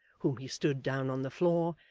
whom he stood down on the floor,